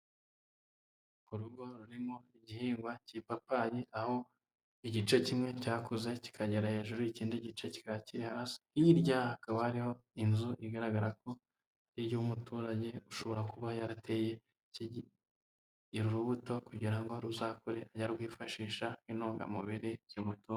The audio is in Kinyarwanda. Urugo rurimo igihingwa cy'ipapayi, aho igice kimwe cyakuze kikagera hejuru ikindi gice kikaba Kiri hasi, hirya hakaba hariho inzu igaragara ko iy'umuturage ushobora kuba yarateye urubuto, kugira ngo ruzakure ajye arwifashisha nk'intungamubiri zimutunga.